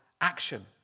action